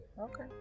okay